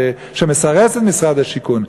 שמסרס את משרד השיכון,